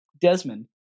Desmond